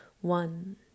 one